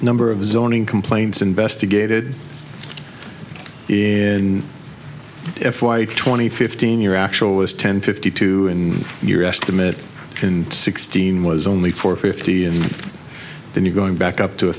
number of zoning complaints investigated in f y twenty fifteen your actual was ten fifty two and your estimate in sixteen was only four fifty and then you're going back up to a